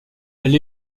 elle